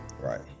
Right